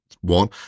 one